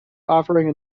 offering